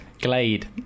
Glade